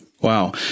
Wow